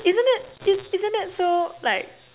isn't it i~ isn't that so like